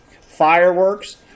fireworks